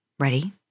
Ready